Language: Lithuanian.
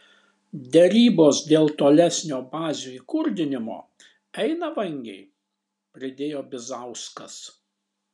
derybos dėl tolesnio bazių įkurdinimo eina vangiai pridėjo bizauskas